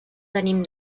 tenim